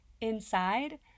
inside